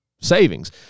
savings